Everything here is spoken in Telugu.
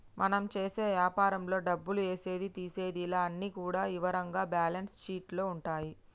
మనం చేసే యాపారంలో డబ్బులు ఏసేది తీసేది ఇలా అన్ని కూడా ఇవరంగా బ్యేలన్స్ షీట్ లో ఉంటాయి